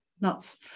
nuts